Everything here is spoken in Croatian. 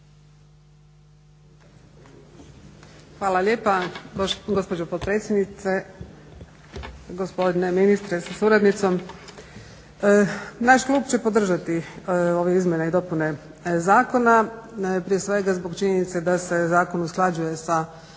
Hvala lijepa gospođo potpredsjednice, gospodine ministre sa suradnicom. Naš Klub će podržati ove Izmjene i dopune Zakona. Prije svega zbog činjenice da se zakon usklađuje sa